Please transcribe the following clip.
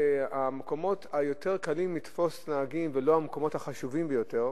במקומות היותר קלים לתפוס נהגים ולא במקומות החשובים ביותר,